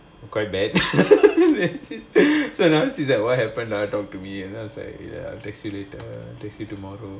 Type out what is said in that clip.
quite bad so now she's like what happened lah talk to me then I was like text you later text you tomorrow